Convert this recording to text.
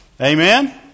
amen